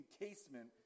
encasement